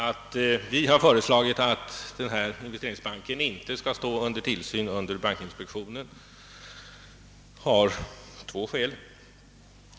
Att vi har föreslagit att investeringsbanken inte skall stå under tillsyn av bankinspektionen har två orsaker.